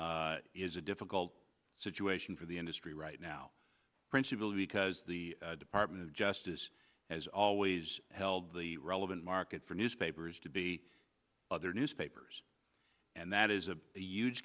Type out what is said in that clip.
is a difficult situation for the industry right now principally because the department of justice has always held the relevant market for newspapers to be other newspapers and that is a a huge